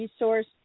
resource